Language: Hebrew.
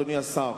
אדוני השר,